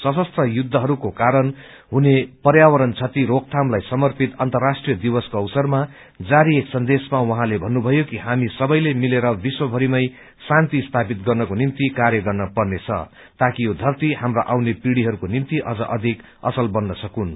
सशस्त्र युद्धहरूको कारण हुने पर्यावरण क्षति रोकथामलाई समर्पित अन्तर्राष्ट्रीय दिवसको अवसरमा जारी एक सन्देशमा उहाँले भन्नुभयो कि हामी सबैले मिलेर विश्वभरिमै शान्ति स्थापित गर्नको निम्ति कार्य गर्न पर्नेछ ताकि यो धरती हाम्रा आउने पीढ़िहरूको निम्ति अझ अधिक असल बन्न सकून्